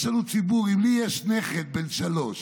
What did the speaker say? יש לנו ציבור, לי יש נכד בן שלוש